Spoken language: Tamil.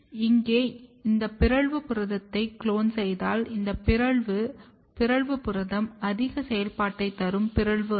இங்கே இந்த பிறழ்ந்த புரதத்தை குளோன் செய்தால் இந்த பிறழ்ந்த புரதம் அதிக செயல்பாட்டை தரும் பிறழ்வு ஆகும்